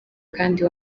kandi